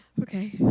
Okay